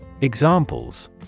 Examples